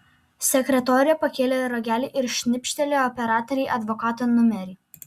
sekretorė pakėlė ragelį ir šnibžtelėjo operatorei advokato numerį